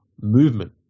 movement